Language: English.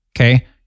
Okay